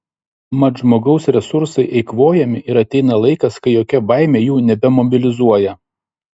mat žmogaus resursai eikvojami ir ateina laikas kai jokia baimė jų nebemobilizuoja